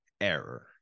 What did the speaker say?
error